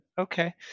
okay